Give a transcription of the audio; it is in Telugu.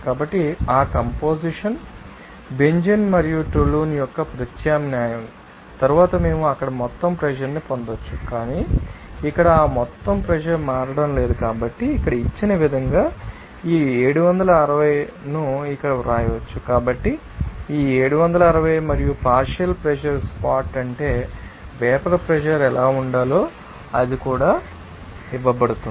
కాబట్టి ఆ కంపొజిషన్ బెంజీన్ మరియు టోలుయెన్ యొక్క ప్రత్యామ్నాయం తరువాత మేము అక్కడ మొత్తం ప్రెషర్ ని పొందవచ్చు కాని ఇక్కడ ఆ మొత్తం ప్రెషర్ మారడం లేదు కాబట్టి ఇక్కడ ఇచ్చిన విధంగా ఈ 760 ను ఇక్కడ వ్రాయవచ్చు కాబట్టి ఈ 760 మరియు పార్షియల్ ప్రెషర్ స్పాట్ అంటే వేపర్ ప్రెషర్ ఎలా ఉండాలో అది కూడా ఇవ్వబడుతుంది